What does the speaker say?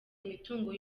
imitungo